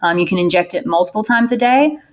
um you can inject it multiple times a day,